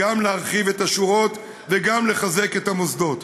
גם להרחיב את השורות וגם לחזק את המוסדות.